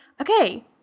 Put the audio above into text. okay